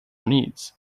needs